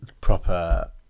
proper